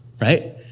Right